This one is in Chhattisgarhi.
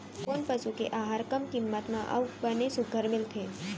कोन पसु के आहार कम किम्मत म अऊ बने सुघ्घर मिलथे?